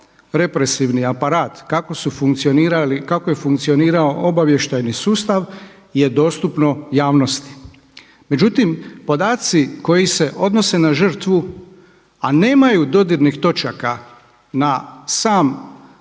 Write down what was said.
represivni aparat, kako je funkcionirao obavještajni sustav je dostupno javnosti. Međutim, podaci koji se odnose na žrtvu a nemaju dodirnih točaka na samu prirodu režima,